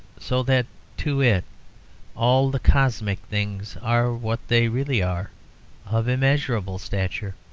so that to it all the cosmic things are what they really are of immeasurable stature.